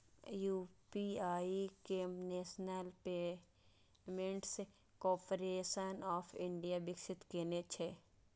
UPI कें national payments corporation of India विकसित केने छै